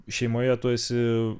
šeimoje tu esi